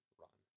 run